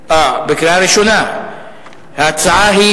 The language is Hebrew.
שנייה ובקריאה שלישית כהצעת הוועדה.